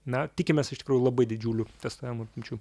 na tikimės iš tikrųjų labai didžiulių testavimo apimčių